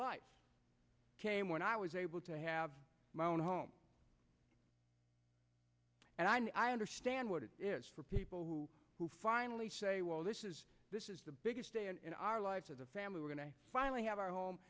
life came when i was able to have my own home and i understand what it is for people who who finally say well this is this is the biggest day in our lives as a family we're going to finally have our home